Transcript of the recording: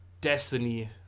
Destiny